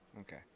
Okay